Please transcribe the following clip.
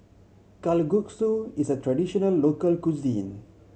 kalguksu is a traditional local cuisine